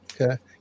Okay